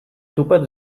tupet